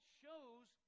shows